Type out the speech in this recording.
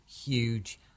huge